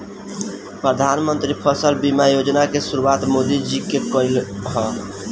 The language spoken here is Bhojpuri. प्रधानमंत्री फसल बीमा योजना के शुरुआत मोदी जी के कईल ह